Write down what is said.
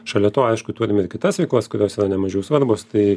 šalia to aišku turim ir kitas veiklas kurios yra nemažiau svarbūs tai